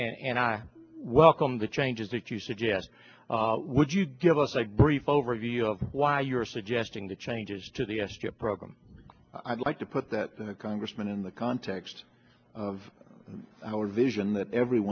it and i welcome the changes that you suggest would you give us a brief overview of why you're suggesting the changes to the s chip program i'd like to put that the congressman in the context of our vision that every